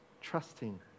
trusting